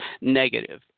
negative